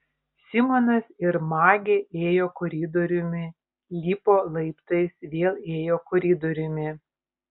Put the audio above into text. simonas ir magė ėjo koridoriumi lipo laiptais vėl ėjo koridoriumi